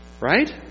Right